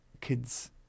kids